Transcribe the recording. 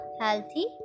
healthy